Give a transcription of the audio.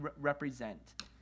represent